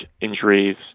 injuries